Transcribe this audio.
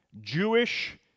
Jewish